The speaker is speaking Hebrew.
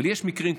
אבל יש מקרים,